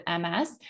MS